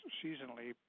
seasonally